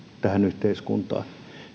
tähän yhteiskuntaan